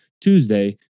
Tuesday